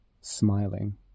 smiling